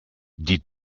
die